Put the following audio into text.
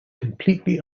completely